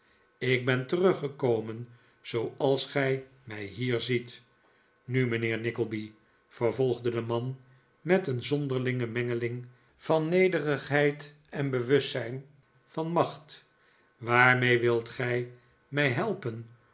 ik ben teruggekomen zooals gij mij hier ziet nu mijnheer nickleby vervolgde de man met een zonderlinge mengeling van nederigheid en bewustzijn van macht waarmee wilt gij mij helpen